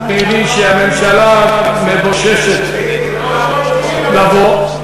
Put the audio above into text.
אני מבין שהממשלה מבוששת לבוא.